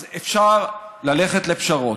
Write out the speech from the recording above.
אז אפשר ללכת לפשרות,